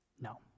no